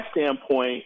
standpoint